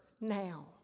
now